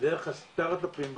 ודרך הסטרטאפים בחקלאות,